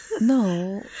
no